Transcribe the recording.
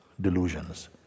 delusions